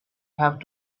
have